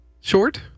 Short